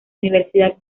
universidad